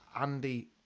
Andy